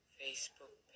facebook